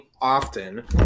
often